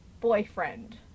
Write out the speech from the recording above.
boyfriend